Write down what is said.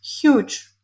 huge